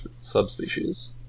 subspecies